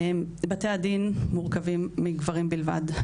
בתי הדין מורכבים מגברים בלבד.